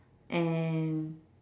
and